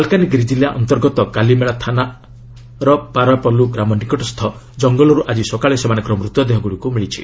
ମାଲକାନଗିରି ଜିଲ୍ଲା ଅନ୍ତର୍ଗତ କାଲିମେଳା ଥାନା ଅନ୍ତର୍ଗତ ପାପାଲ୍ଲୁରୁ ଗ୍ରାମ ନିକଟସ୍ଥ କଙ୍ଗଲରୁ ଆଜି ସକାଳେ ସେମାନଙ୍କ ମୃତଦେହ ମିଳିଛି